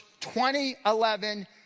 2011